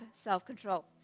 self-control